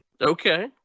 Okay